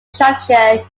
shropshire